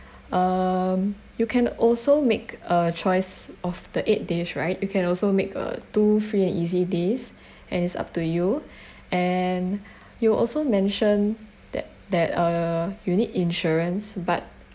um you can also make a choice of the eight days right you can also make a two free and easy days and it's up to you and you also mention that that uh you need insurance but